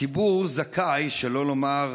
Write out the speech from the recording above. הציבור זכאי, שלא לומר